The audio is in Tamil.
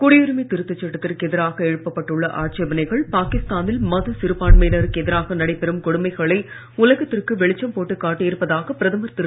குடியுரிமை திருத்தச் சட்டத்திற்கு எதிராக எழுப்பப்பட்டுள்ள ஆட்சேபனைகள் பாகிஸ்தானில் மத சிறுபான்மையினருக்கு எதிராக நடைபெறும் கொடுமைகளை உலகத்திற்கு வெளிச்சம் போட்டு காட்டியிருப்பதாக பிரதமர் திரு